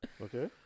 okay